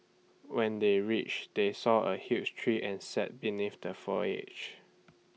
when they reached they saw A huge tree and sat beneath the foliage